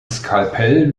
skalpell